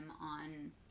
on